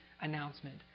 announcement